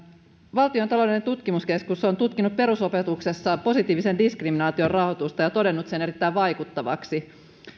taloudellinen tutkimuskeskus on tutkinut perusopetuksessa positiivisen diskriminaation rahoitusta ja todennut sen erittäin vaikuttavaksi